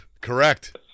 Correct